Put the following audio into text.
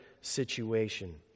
situation